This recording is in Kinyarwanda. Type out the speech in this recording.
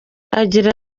agira